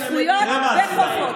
זה כבר איום.